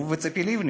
הוא וציפי לבני.